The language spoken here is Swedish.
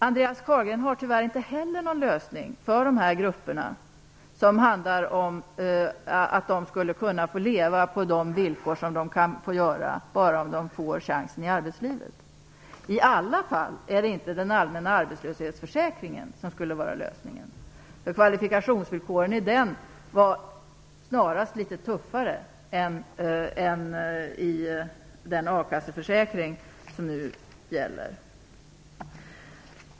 Andreas Carlgren har tyvärr inte heller någon lösning för dessa grupper så att de skulle kunna få leva på de villkor de kan göra bara om de får chansen i arbetslivet. Det är i alla fall inte den allmänna arbetslöshetsförsäkringen som skulle vara lösningen. Kvalifikationsvillkoren i den var snarast litet tuffare än i den a-kasseförsäkring som nu gäller.